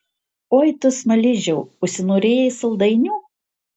oi tu smaližiau užsinorėjai saldainių